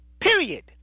period